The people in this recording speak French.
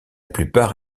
plupart